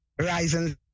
rising